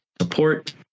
support